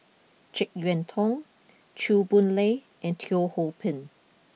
Jek Yeun Thong Chew Boon Lay and Teo Ho Pin